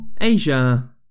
Asia